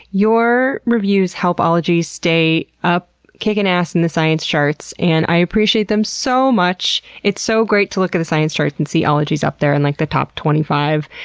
your reviews help ologies stay up kicking ass in the science charts and i appreciate them so much. it's so great to look at the science charts and see ologies up there in, and like, the top twenty five.